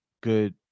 good